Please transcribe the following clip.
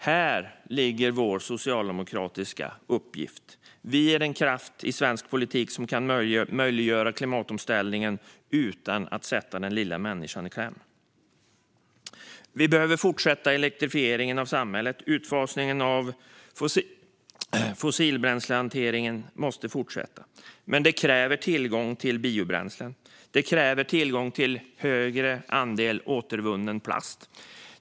Här ligger vår socialdemokratiska uppgift. Vi är den kraft i svensk politik som kan möjliggöra klimatomställningen utan att sätta den lilla människan i kläm. Vi behöver fortsätta elektrifieringen av samhället. Utfasningen av fossilbränslehanteringen måste fortsätta. Men det kräver tillgång till biobränslen. Det kräver tillgång till högre andel återvunnen plast.